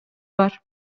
бар